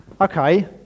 Okay